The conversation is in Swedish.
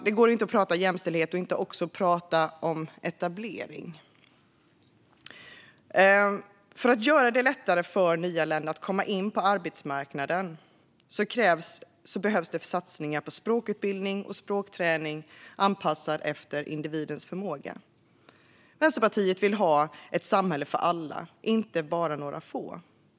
Det går inte att prata om jämställdhet utan att också prata om etablering. För att göra det lättare för nyanlända att komma in på arbetsmarknaden behövs det satsningar på språkutbildning och språkträning som är anpassad efter individens förmåga. Vi i Vänsterpartiet vill ha ett samhälle för alla, inte bara för några få.